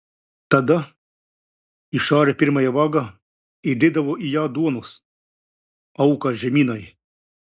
tada išarę pirmąją vagą įdėdavo į ją duonos auką žemynai